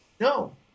No